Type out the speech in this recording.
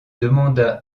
demanda